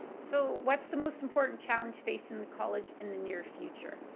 so what's the most important challenge facing the college in the near future?